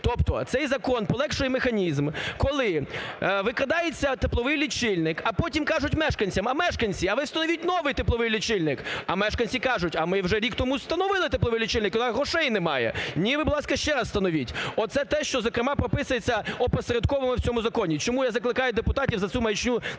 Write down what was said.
Тобто цей закон полегшує механізм, коли викрадається тепловий лічильник, а потім кажуть мешканцям: "А, мешканці, а ви встановіть новий тепловий лічильник". А мешканці кажуть: "А ми вже рік тому встановили тепловий лічильник, у нас грошей немає" – "Ні, и, будь ласка, ще раз встановіть". Оце те, що, зокрема, прописується опосередковано в цьому законі, чому я закликаю депутатів за цю маячню не